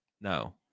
no